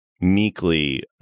meekly